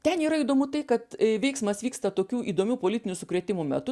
ten yra įdomu tai kad vyksmas vyksta tokių įdomių politinių sukrėtimų metu